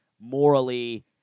morally